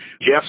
Jeff